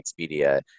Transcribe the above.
Expedia